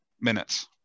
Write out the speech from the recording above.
minutes